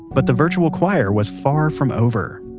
but, the virtual choir was far from over.